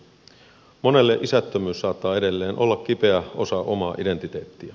monelle isättömyys saattaa edelleen olla kipeä osa omaa identiteettiä